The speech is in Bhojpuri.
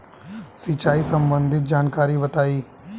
सिंचाई संबंधित जानकारी बताई?